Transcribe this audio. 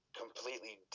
completely